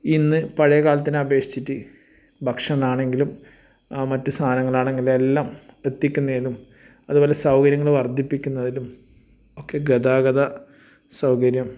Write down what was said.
ഇന്ന് പഴയകാലത്തിനെ അപേക്ഷിച്ചിട്ട് ഭക്ഷണം ആണെങ്കിലും മറ്റ് സാധനങ്ങളാണെങ്കിലും എല്ലാം എത്തിക്കുന്നതും അതു പോലെ സൗകര്യങ്ങൾ വർദ്ധിപ്പിക്കുന്നതിമൊക്കെ ഗതാഗത സൗകര്യം